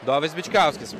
dovis bičkauskis